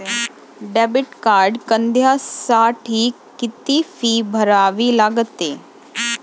Debit card काढण्यासाठी किती fee भरावी लागते?